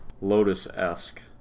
Lotus-esque